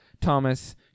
Thomas